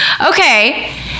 Okay